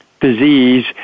disease